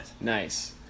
nice